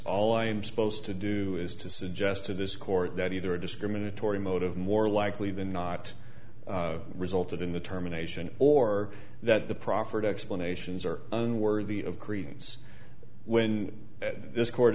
all i am supposed to do is to suggest to this court that either a discriminatory motive more likely than not resulted in the terminations or that the proffered explanations are unworthy of credence when this court